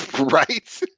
right